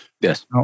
Yes